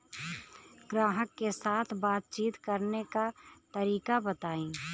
ग्राहक के साथ बातचीत करने का तरीका बताई?